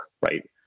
right